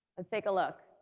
let's take a look.